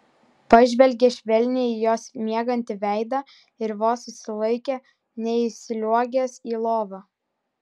pažvelgė švelniai į jos miegantį veidą ir vos susilaikė neįsliuogęs į lovą